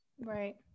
right